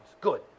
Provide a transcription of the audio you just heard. Good